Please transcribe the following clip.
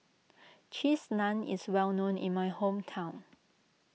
Cheese Naan is well known in my hometown